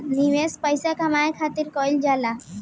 निवेश पइसा कमाए खातिर कइल जाला